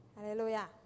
Hallelujah